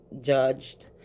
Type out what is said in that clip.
judged